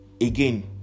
again